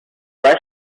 press